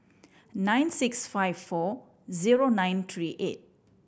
nine six five four zero nine three eight